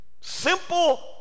simple